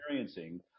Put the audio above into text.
experiencing